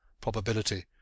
probability